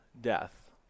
death